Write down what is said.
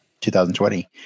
2020